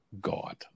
God